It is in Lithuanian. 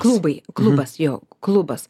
klubai klubas jo klubas